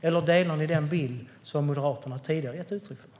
Eller delar ni den bild som Moderaterna gett uttryck för?